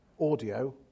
audio